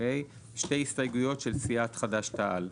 שתי הסתייגויות של סיעת חד"ש-תע"ל.